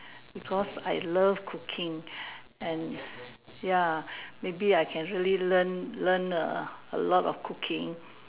because I love cooking and ya maybe I can actually learn learn a a lot of cooking